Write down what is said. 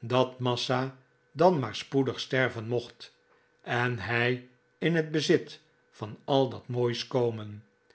dat massa dan maar spoedig sterven mocht en hij in t bezit van al dat moois komen